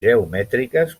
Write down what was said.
geomètriques